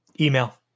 Email